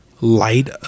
light